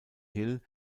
hill